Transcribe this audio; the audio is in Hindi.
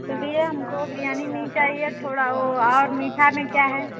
चलिए हमको बिरयानी नहीं चाहिए थोड़ा ओ और मीठा में क्या है